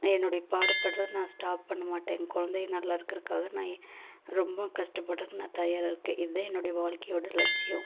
என்னோடய பாடுபடுறதை நான் ஸ்டாப் பண்ண மாட்டேன் என் கொழந்தைங்க நல்லா இருக்கிறக்காக நான் ரொம்பவும் கஷ்டப்படுகிறது நான் தயாராக இருக்கேன் இதுதான் என்னோடய வாழ்க்கையோட லட்சியம்